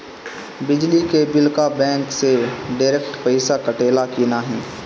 बिजली के बिल का बैंक से डिरेक्ट पइसा कटेला की नाहीं?